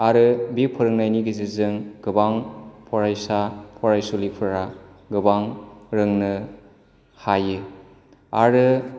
आरो बे फोरोंनायनि गेजेरजों गोबां फरायसा फरायसुलिफोरा गोबां रोंनो हायो आरो